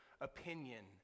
opinion